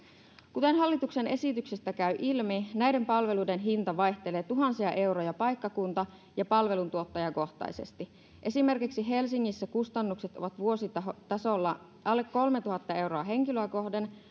kuten hallituksen esityksestä käy ilmi näiden palveluiden hinta vaihtelee tuhansia euroja paikkakunta ja palveluntuottajakohtaisesti esimerkiksi helsingissä kustannukset ovat vuositasolla alle kolmetuhatta euroa henkilöä kohden